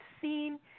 seen